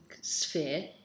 sphere